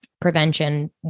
prevention